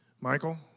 Michael